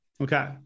Okay